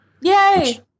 Yay